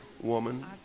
woman